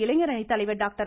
இளைஞர் அணித்தலைவர் டாக்டர்